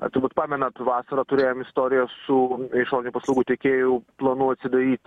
turbūt pamenat vasarą turėjom istoriją su išorinių paslaugų tiekėjų planų atsidaryt